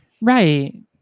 Right